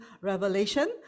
revelation